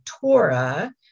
torah